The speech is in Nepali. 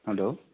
हेलो